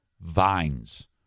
vines